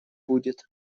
будет